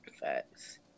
Facts